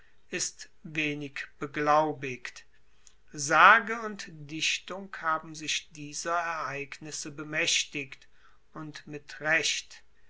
ist wenig beglaubigt sage und dichtung haben sich dieser ereignisse bemaechtigt und mit recht